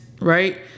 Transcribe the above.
right